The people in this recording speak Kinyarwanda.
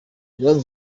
iranzi